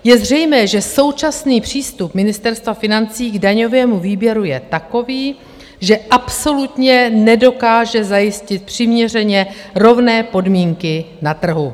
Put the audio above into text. Je zřejmé, že současný přístup Ministerstva financí k daňovému výběru je takový, že absolutně nedokáže zajistit přiměřeně rovné podmínky na trhu.